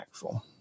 impactful